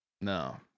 No